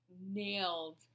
nailed